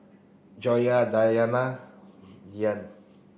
Joyah Dayana Dian